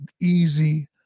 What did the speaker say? easy